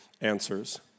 answers